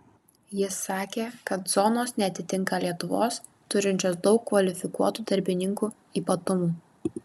jis sakė kad zonos neatitinka lietuvos turinčios daug kvalifikuotų darbininkų ypatumų